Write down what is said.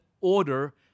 order